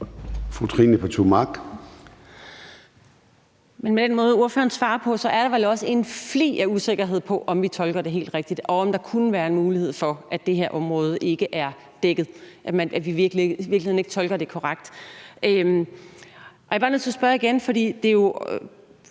Fru Trine Pertou